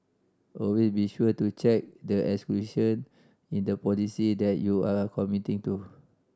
always be sure to check the exclusion in the policy that you are committing to